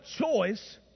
choice